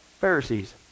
Pharisees